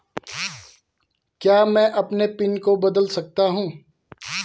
क्या मैं अपने पिन को बदल सकता हूँ?